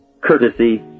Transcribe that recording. Courtesy